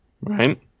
right